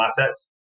assets